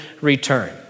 return